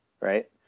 right